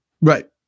Right